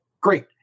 great